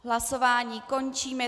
Hlasování končím.